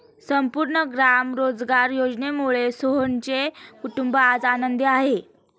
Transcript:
संपूर्ण ग्राम रोजगार योजनेमुळे सोहनचे कुटुंब आज आनंदी आहे